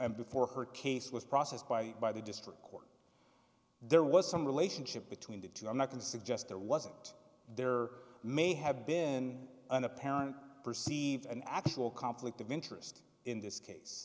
before her case was processed by by the district court there was some relationship between the two i'm not going to suggest there wasn't there may have been an apparent perceived an actual conflict of interest in this case